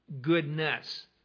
goodness